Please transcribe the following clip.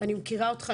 אני מכירה אותך,